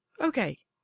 okay